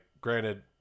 granted